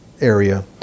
area